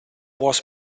was